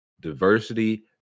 Diversity